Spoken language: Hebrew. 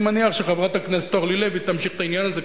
אני מניח שחברת הכנסת אורלי לוי תמשיך את העניין הזה,